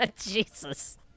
Jesus